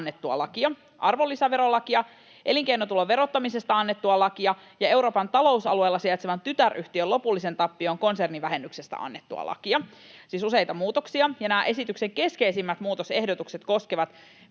annettua lakia, arvonlisäverolakia, elinkeinotulon verottamisesta annettua lakia ja Euroopan talousalueella sijaitsevan tytäryhtiön lopullisen tappion konsernivähennyksestä annettua lakia — siis useita muutoksia. Esityksen keskeisimmät muutosehdotukset koskevat